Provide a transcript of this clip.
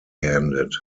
handed